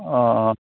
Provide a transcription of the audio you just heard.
অ